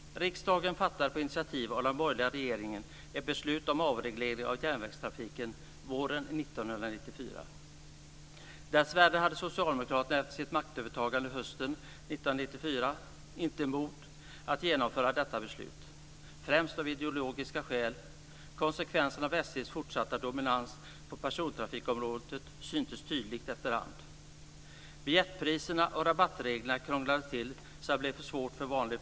Riksdagen fattade, på initiativ av den borgerliga regeringen, ett beslut om avreglering av järnvägstrafiken våren 1994. Dessvärre hade Socialdemokraterna efter sitt maktövertagande hösten 1994 inte mod att genomföra detta beslut, främst av ideologiska skäl. Konsekvenserna av SJ:s fortsatta dominans på persontrafikområdet syntes tydligt efterhand.